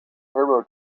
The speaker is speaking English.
turbo